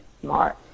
smart